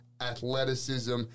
athleticism